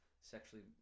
sexually